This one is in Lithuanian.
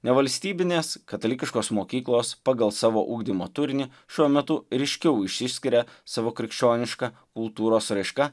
nevalstybinės katalikiškos mokyklos pagal savo ugdymo turinį šiuo metu ryškiau išsiskiria savo krikščioniška kultūros raiška